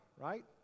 right